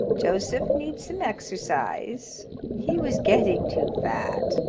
joseph needs some exercise he was getting too fat.